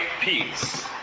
peace